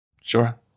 Sure